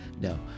No